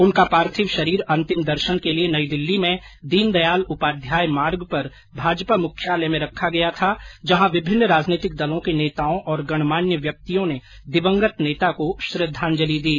उनका पार्थिव शरीर अंतिम दर्शन के लिए नई दिल्ली में दीनदयाल उपाध्याय मार्ग पर भाजपा मुख्यालय में रखा गया था जहां विभिन्न राजनीतिक दलों के नेताओं और गणमान्य व्यक्तियों ने दिवंगत नेता को श्रद्वांजलि दी